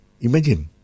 Imagine